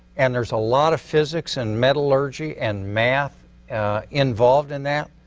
and there's a lot of physics and metallurgy and math involved in that.